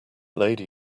lady